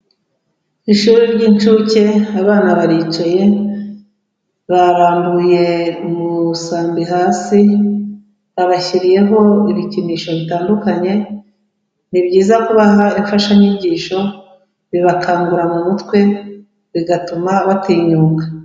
Ishuri ry'incuke abana baricaye, barambuye umusambi hasi babashyiriyeho ibikinisho bitandukanye, ni byiza kubaha imfashanyigisho, bibakangura mu mutwe bigatuma batinyuka.